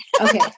Okay